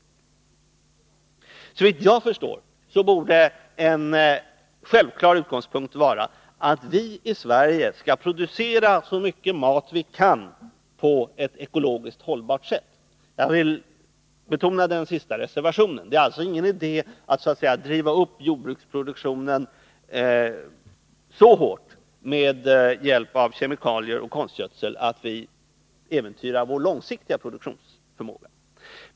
Såvitt jag förstår borde en självklar utgångspunkt vara att vi i Sverige skall producera så mycket mat vi kan på ett ekologiskt hållbart sätt. Jag vill betona den sista reservationen. Det är ingen idé att driva upp jordbruksproduktionen så hårt med hjälp av kemikalier och konstgödsel att vi äventyrar vår långsiktiga produktionsförmåga.